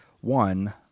one